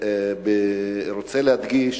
אני רוצה להדגיש